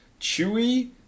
chewy